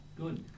Good